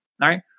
right